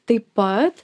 taip pat